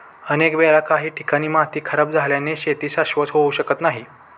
अनेक वेळा काही ठिकाणी माती खराब झाल्याने शेती शाश्वत होऊ शकत नाही